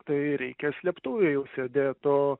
tai reikia slėptuvėj jau sėdėt o